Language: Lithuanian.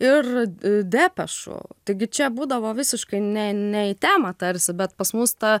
ir depešų taigi čia būdavo visiškai ne ne į temą tarsi bet pas mus ta